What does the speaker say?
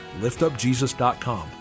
liftupjesus.com